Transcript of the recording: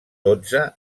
dotze